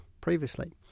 previously